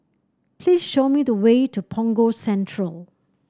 please show me the way to Punggol Central